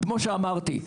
כמו שאמרתי,